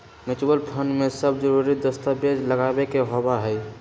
mutual fund में सब जरूरी दस्तावेज लगावे के होबा हई